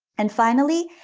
and finally,